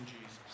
Jesus